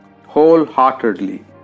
wholeheartedly